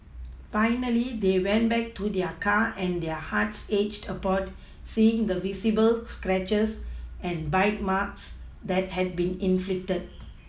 finally they went back to their car and their hearts ached a port seeing the visible scratches and bite marks that had been inflicted